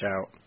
out